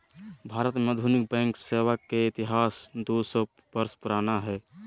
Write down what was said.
भारत में आधुनिक बैंक सेवा के इतिहास दू सौ वर्ष पुराना हइ